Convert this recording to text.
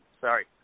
sorry